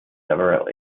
several